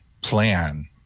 plan